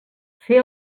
fer